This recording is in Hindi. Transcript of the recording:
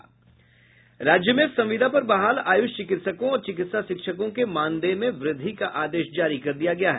राज्य में संविदा पर बहाल आयुष चिकित्सकों और चिकित्सा शिक्षकों के मनदेय में वृद्धि का आदेश जारी कर दिया गया है